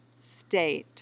state